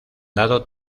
dado